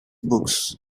books